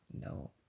no